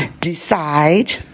decide